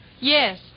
Yes